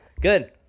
Good